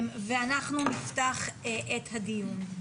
ואנחנו נפתח את הדיון.